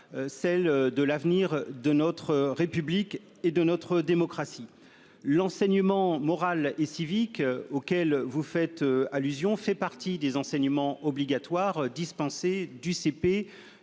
celle de l'avenir de notre République et de notre démocratie. L'enseignement moral et civique, auquel vous faites allusion, fait partie des enseignements obligatoires dispensés du